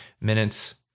minutes